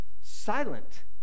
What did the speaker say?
silent